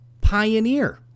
Pioneer